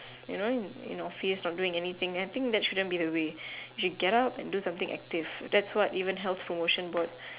you know in the office not doing anything I think that shouldn't be the way you should get up and do something active that's what even health promotion board